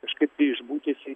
kažkaip tai išbūti jisai